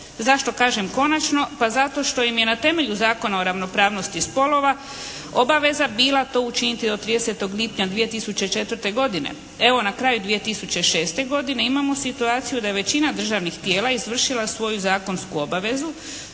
Zašto kažem konačno? Pa zato što im je na temelju Zakona o ravnopravnosti spolova obaveza bila to učiniti do 30. lipnja 2004. godine. Evo na kraju 2006. godine imamo situaciju da je većina državnih tijela izvršila svoju zakonsku obavezu.